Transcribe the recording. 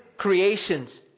creations